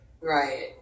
Right